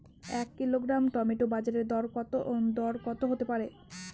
এক kilogram tomato বাজের দরকত হতে পারে?